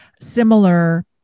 similar